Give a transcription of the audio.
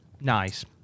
nice